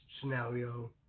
scenario